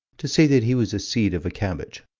to say that he was a seed of a cabbage.